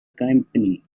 company